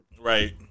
Right